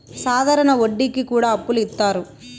సాధారణ వడ్డీ కి కూడా అప్పులు ఇత్తారు